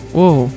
Whoa